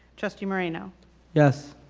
trustee moreno yes.